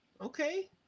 okay